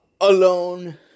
alone